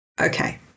Okay